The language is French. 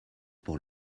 pour